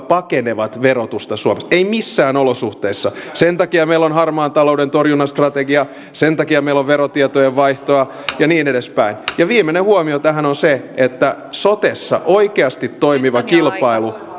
pakenevat verotusta suomessa ei missään olosuhteissa sen takia meillä on harmaan talouden torjunnan strategia sen takia meillä on verotietojen vaihtoa ja niin edespäin ja viimeinen huomio tähän on se että sotessa oikeasti toimiva kilpailu